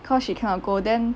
cause she cannot go then